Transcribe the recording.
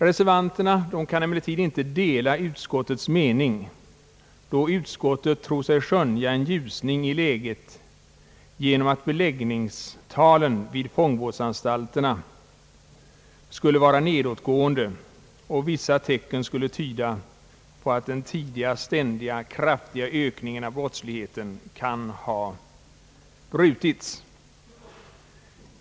Reservanterna kan emellertid inte dela utskottets mening, då utskottet tror sig skönja en ljusning i läget genom att beläggningstalet vid fångvårdsanstalterna skulle vara nedåtgående och att den tidigare ständiga kraftiga ökningen av brottsligheten skulle ha brutits.